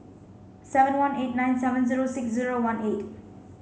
seven one eight nine seven zero six zero one eight